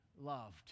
loved